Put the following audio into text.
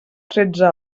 tretze